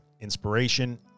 inspiration